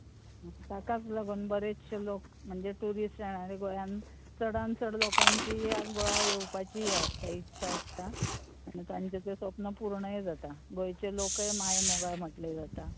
ताकाच लागून बरेचशे लोक म्हणजे ट्युरिस्ट आनी गोंयांत चडांत चड लोकांची गोंवा येवपाची इच्छा आसता आनी तांचें ते सपन पूर्णय जाता गोंयचे लोकय मायेमोगाळ म्हणल्यार जाता